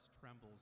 trembles